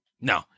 no